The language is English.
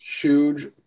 huge